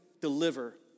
deliver